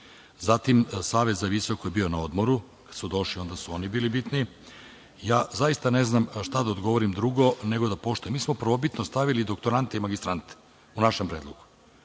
voljom. Zatim, Savet za visoko je bio na odmoru. Kada su došli onda su oni bili bitni. Zaista ne znam šta da odgovorim drugo nego da poštujem. Mi smo prvobitno stavili doktorante i magistrante u našem predlogu.